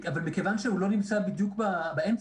אבל כיון שהוא לא נמצא בדיוק באמצע,